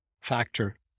factor